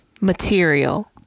material